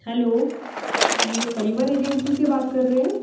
hello ये परिवन agency से बात कर रहे हैं